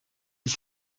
dix